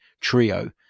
trio